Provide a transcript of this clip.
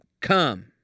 Come